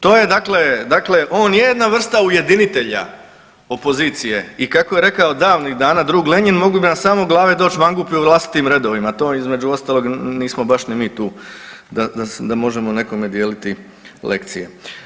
To je dakle, dakle on je jedna vrsta ujedinitelja opozicije i kako je rekao davnih dana drug Lenjin mogli bi samo glave doći mangupi u vlastitim redovima, to između ostalog nismo baš ni mi tu da možemo nekome dijeliti lekcije.